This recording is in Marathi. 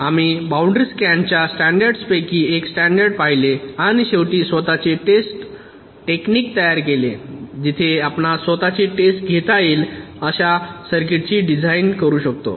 आम्ही बाउंड्री स्कॅनच्या स्टँडर्ड्स पैकी एक स्टँडर्ड् पाहिले आणि शेवटी स्वत ची टेस्ट टेक्निक तयार केले जिथे आपणस स्वत ची टेस्ट घेता येईल अशा सर्किटची डिझाइन करू शकतो